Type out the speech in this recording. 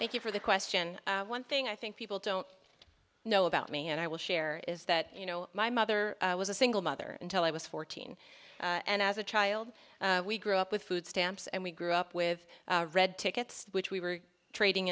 thank you for the question one thing i think people don't know about me and i will share is that you know my mother was a single mother until i was fourteen and as a child we grew up with food stamps and we grew up with red tickets which we were trading